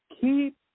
keep